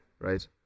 right